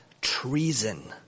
treason